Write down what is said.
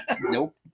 Nope